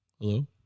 Hello